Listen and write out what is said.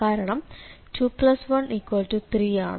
കാരണം 213 ആണ്